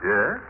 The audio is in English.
Yes